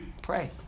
pray